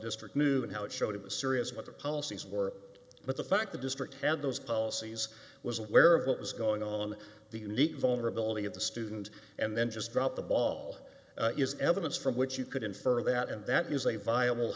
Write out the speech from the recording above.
district knew and how it showed it was serious what the policies were but the fact the district had those policies was aware of what was going on the unique vulnerability of the student and then just dropped the ball is evidence from which you could infer that and that is a viable